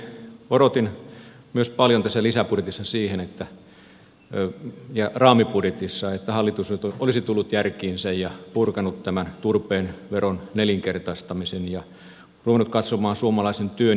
odotin myös paljon tässä lisäbudjetissa ja raamibudjetissa sitä että hallitus olisi tullut järkiinsä ja purkanut turpeen veron nelinkertaistamisen ja ruvennut katsomaan suomalaisen työn ja energian puolesta